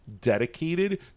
dedicated